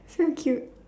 so cute